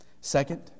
Second